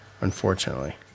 unfortunately